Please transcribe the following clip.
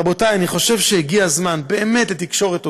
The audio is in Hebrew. רבותיי, אני חושב שהגיע הזמן באמת לתקשורת הוגנת,